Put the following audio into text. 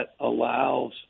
allows